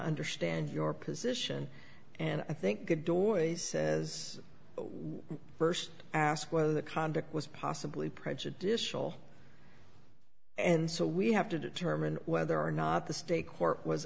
understand your position and i think as we first ask whether the conduct was possibly prejudicial and so we have to determine whether or not the state court was